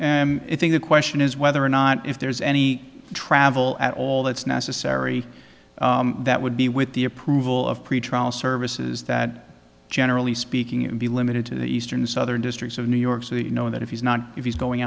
right i think the question is whether or not if there's any travel at all that's necessary that would be with the approval of pretrial services that generally speaking it would be limited to the eastern southern district of new york so that you know that if he's not if he's going